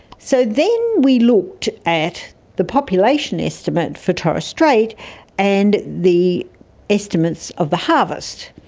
so then we looked at the population estimate for torres strait and the estimates of the harvest.